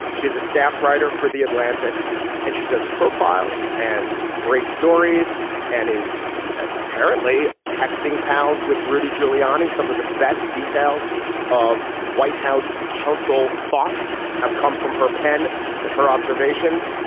she is a staff writer for the atlantic and she does profiles and breaks stories and is apparently texting pals with rudy giuliani some of the best details of white house counsel thought have come from her pen and her observations.